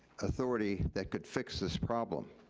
authority that could fix this problem.